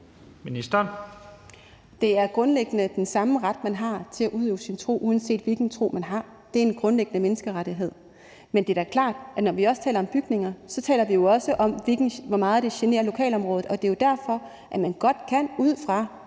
Det er grundlæggende den samme ret, man har til at udøve sin tro, uanset hvilken tro man har. Det er en grundlæggende menneskerettighed. Men det er da klart, at når vi også taler om bygninger, taler vi jo også om, hvor meget det generer lokalområdet, og det er jo derfor, at man godt, af